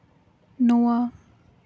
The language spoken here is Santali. ᱱᱚᱣᱟ